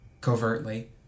covertly